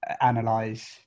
analyze